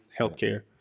healthcare